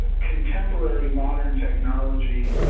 ah contemporary modern technology,